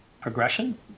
progression